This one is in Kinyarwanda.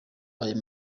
ayo